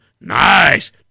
nice